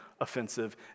offensive